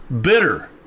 bitter